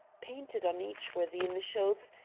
painted on each were the initials,